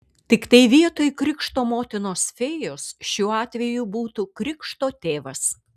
tiktai vietoj krikšto motinos fėjos šiuo atveju būtų krikšto tėvas